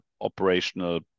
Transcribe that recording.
operational